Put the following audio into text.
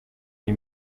iyi